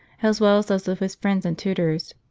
as well as those of his friends and tutors.